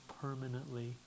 permanently